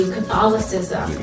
Catholicism